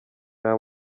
nta